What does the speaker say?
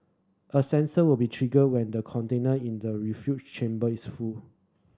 a sensor will be triggered when the container in the refuse chamber is full